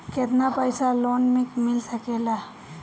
केतना पाइसा लोन में मिल सकेला?